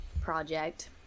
project